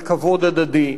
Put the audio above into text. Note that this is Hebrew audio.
על כבוד הדדי,